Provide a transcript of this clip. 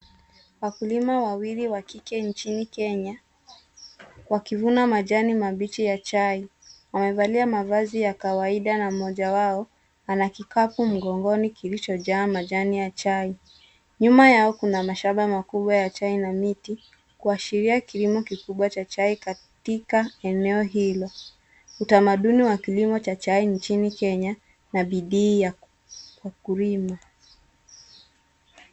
Wakulima wawili wa kike nchini Kenya, wakivuna majani mabichi ya chai. Wamevalia mavazi ya kawaida na mmoja wao ana kikapu mgongoni kilichojaa majani ya chai. Nyuma yao kuna mashamba makubwa ya chai na miti kuashiria kilimo kikubwa cha chai katika eneo hili. Utamaduni wa kilimo cha chai nchini Kenya na bidii ya ukulima.